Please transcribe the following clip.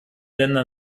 ländern